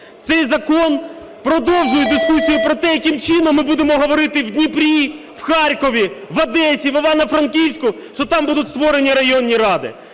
Цей закон продовжує дискусію про те, яким чином ми будемо говорити в Дніпрі, в Харкові, в Одесі, в Івано-Франківську, що там будуть створені районні ради.